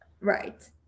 Right